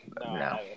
No